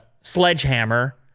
sledgehammer